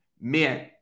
meant